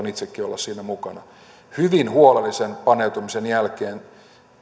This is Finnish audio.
itsekin olla siinä mukana hyvin huolellisen paneutumisen jälkeen